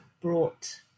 brought